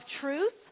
truth